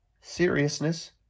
Seriousness